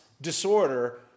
disorder